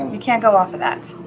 you can't go off of that.